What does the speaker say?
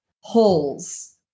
holes